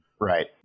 right